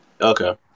Okay